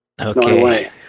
Okay